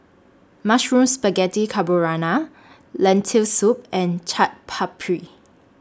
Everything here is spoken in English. Mushroom Spaghetti Carbonara Lentil Soup and Chaat Papri